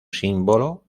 símbolo